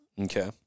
Okay